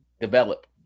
develop